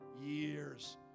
years